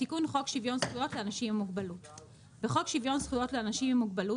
תיקון חוק שוויון זכויותבחוק שוויון זכויות לאנשים עם מוגבלות,